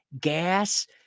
gas